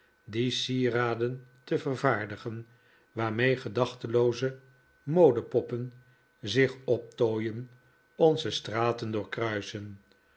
die sieraden te vervaardigen waarmee gedachtelooze modepoppen zich optooien onze straten doorkruisen